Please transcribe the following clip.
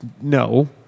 no